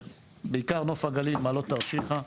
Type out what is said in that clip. בעיקר נוף הגליל ומעלות תרשיחא.